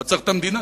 מה צריך את המדינה?